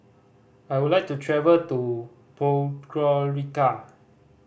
I would like to travel to Podgorica